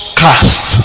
cast